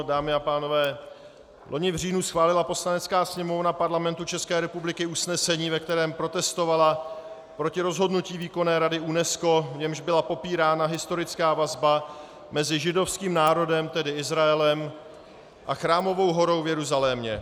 Dámy a pánové, loni v říjnu schválila Poslanecká sněmovna Parlamentu České republiky usnesení, ve kterém protestovala proti rozhodnutí výkonné rady UNESCO, v němž byla popírána historická vazba mezi židovským národem, tedy Izraelem, a Chrámovou horou v Jeruzalémě.